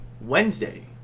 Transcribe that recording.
Wednesday